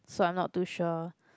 so I'm not too sure